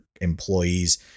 employees